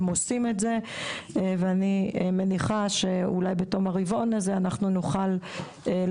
הם עושים את זה ואני מניחה שאולי בתום הרבעון הזה אני אוכל לעדכן.